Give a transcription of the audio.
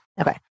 okay